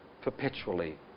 perpetually